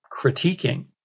critiquing